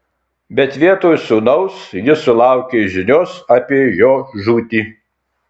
bet vietoj sūnaus ji sulaukė žinios apie jo žūtį